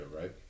right